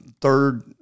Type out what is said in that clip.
third